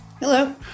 Hello